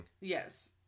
Yes